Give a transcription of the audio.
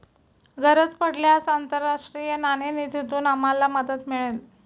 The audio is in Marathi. गरज पडल्यास आंतरराष्ट्रीय नाणेनिधीतून आम्हाला मदत मिळेल